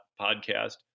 podcast